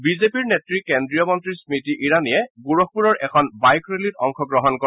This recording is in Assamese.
বিজেপিৰ নেত্ৰী কেন্দ্ৰীয় মন্ত্ৰী স্মতি ইৰাণীয়ে গোৰখপুৰৰ এখন বাইক ৰেলীত অংশগ্ৰহণ কৰে